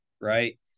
right